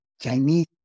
Chinese